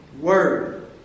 Word